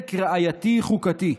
לנזק ראייתי-חוקתי.